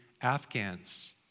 Afghans